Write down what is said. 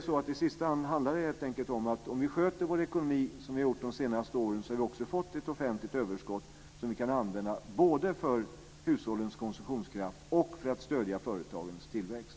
I sista hand handlar det helt enkelt om att om man sköter sin ekonomi som vi har gjort de senaste åren får man också ett offentligt överskott. Det kan vi använda både för hushållens konsumtionskraft och för att stödja företagens tillväxt.